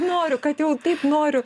noriu kad jau taip noriu